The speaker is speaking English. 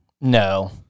No